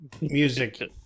music